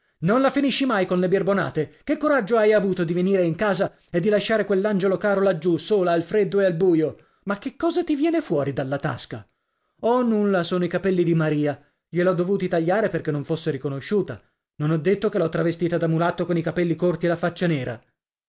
non la finisci mai con le birbonate che coraggio hai avuto di venire in casa e di lasciare quell'angiolo caro laggiù sola al freddo e al buio ma che cosa ti viene fuori dalla tasca oh nulla sono i capelli di maria glieli ho dovuti tagliare perché non fosse riconosciuta non ho detto che l'ho travestita da mulatto con i capelli corti e la faccia nera